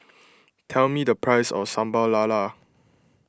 tell me the price of Sambal Lala